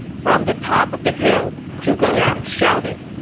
from the top of the hill, zhuge liang shouted,